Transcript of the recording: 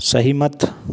ਸਹਿਮਤ